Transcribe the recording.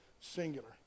Singular